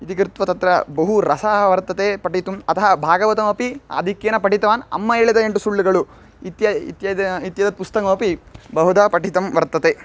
इति कृत्वा तत्र बहु रसाः वर्तन्ते पठितुम् अतः भागवतमपि आधिक्येन पठितवान् अम्म एळिद एण्टुसुळ्ळुगळु इत्येतत् इत्येतत् पुस्तकमपि बहुधा पठितं वर्तते